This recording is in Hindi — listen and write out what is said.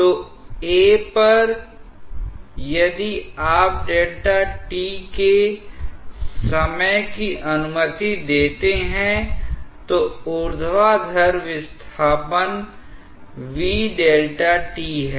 तो A पर यदि आप Δt के समय की अनुमति देते हैं तो ऊर्ध्वाधर विस्थापन v Δ t है